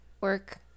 Work